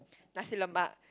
nasi-lemak